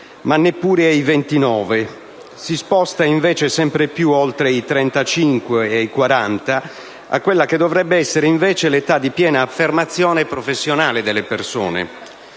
ma neppure ai 29. Si sposta invece sempre più oltre i 35 e i 40, a quella che dovrebbe essere invece l'età di piena affermazione professionale delle persone.